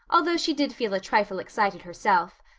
although she did feel a trifle excited herself.